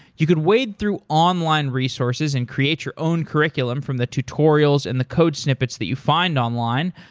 you could wade through online resources and create your own curriculum from the tutorials and the code snippets that you find online,